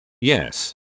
Yes